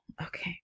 okay